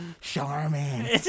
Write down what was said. Charmin